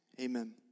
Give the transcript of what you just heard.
amen